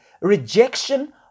rejection